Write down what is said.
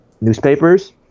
newspapers